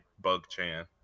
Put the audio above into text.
bug-chan